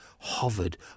hovered